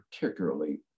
particularly